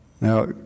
Now